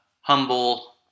humble